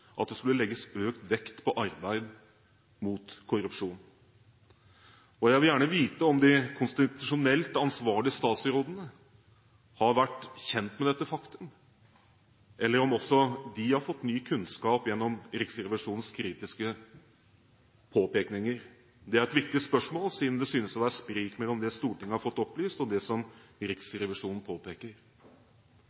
at det skulle legges økt vekt på arbeid mot korrupsjon. Jeg vil gjerne vite om de konstitusjonelt ansvarlige statsrådene har vært kjent med dette faktum, eller om også de har fått ny kunnskap gjennom Riksrevisjonens kritiske påpekninger. Det er et viktig spørsmål, siden det synes å være sprik mellom det Stortinget har fått opplyst, og det som